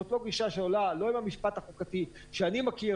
זאת לא גישה שעולה לא עם המשפט החוקתי שאני מכיר,